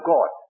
God